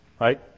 right